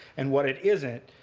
and what it isn't.